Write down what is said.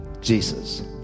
Jesus